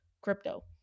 crypto